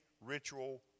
ritual